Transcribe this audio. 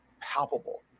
palpable